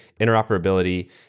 interoperability